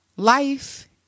life